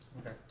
Okay